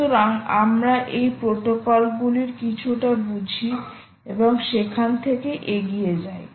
সুতরাং আমরা এই প্রোটোকলগুলির কিছুটা বুঝি এবং সেখান থেকে এগিয়ে যাই